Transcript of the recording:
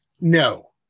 No